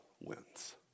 wins